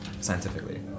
scientifically